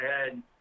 ahead